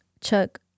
Chuck